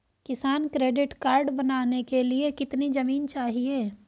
किसान credit card बनाने के लिए कितनी जमीन चाहिए?